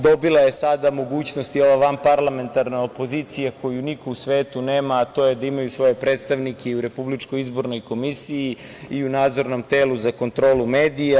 Dobila je sada mogućnost i ova vanparlamentarna opozicija koju niko u svetu nema, a to je da imaju svoje predstavnike i u Republičkoj izbornoj komisiji i u Nadzornom telu za kontrolu medija.